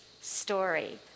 story